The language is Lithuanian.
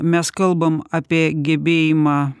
mes kalbam apie gebėjimą